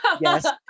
Yes